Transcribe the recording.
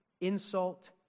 insult